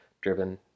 Driven